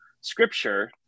scripture